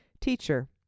Teacher